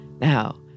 Now